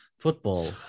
Football